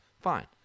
Fine